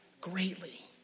greatly